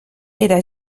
era